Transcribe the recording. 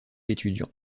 étudiant